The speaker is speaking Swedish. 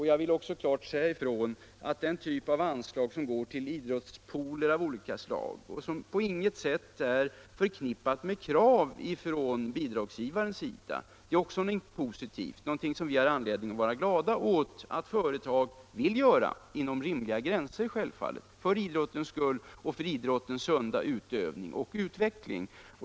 Jag vill också klart säga ifrån att den typ av anslag som går till idrottspooler av olika slag — och som på inget sätt är förknippat med krav från bidragsgivaren — också är någonting positivt och någonting som vi har anledning att vara glada för att företag vill ge — självfallet inom rimliga gränser, för idrottens skull och för dess sunda utövning och utveckling.